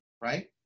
right